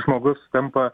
žmogus tampa